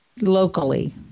locally